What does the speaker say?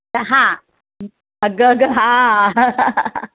हां अग अग हां